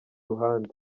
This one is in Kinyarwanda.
ruhande